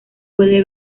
puede